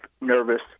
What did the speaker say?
nervous